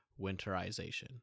winterization